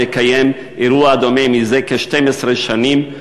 המקיים אירוע דומה מזה כ-12 שנים,